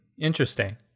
Interesting